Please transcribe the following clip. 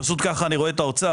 פשוט כך אני רואה את האוצר,